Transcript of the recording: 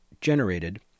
generated